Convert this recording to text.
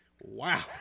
wow